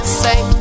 say